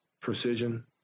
precision